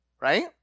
Right